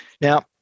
Now